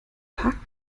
parkt